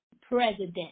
president